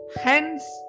Hence